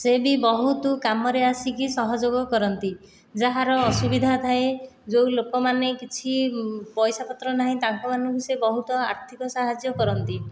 ସେ ବି ବହୁତ କାମରେ ଆସିକି ସହଯୋଗ କରନ୍ତି ଯାହାର ଅସୁବିଧା ଥାଏ ଯେଉଁ ଲୋକମାନେ କିଛି ପଇସା ପତ୍ର ନାହିଁ ତାଙ୍କ ମାନଙ୍କୁ ସେ ବହୁତ ଆର୍ଥିକ ସାହାଯ୍ୟ କରନ୍ତି